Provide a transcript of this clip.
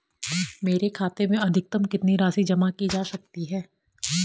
मेरे खाते में अधिकतम कितनी राशि जमा की जा सकती है?